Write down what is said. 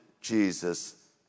Jesus